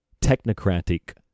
technocratic